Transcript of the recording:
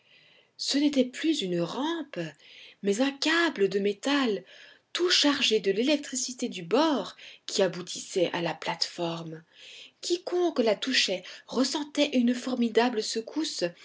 ce n'était plus une rampe mais un câble de métal tout chargé de l'électricité du bord qui aboutissait à la plate-forme quiconque la touchait ressentait une formidable secousse